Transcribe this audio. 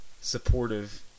supportive